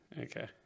Okay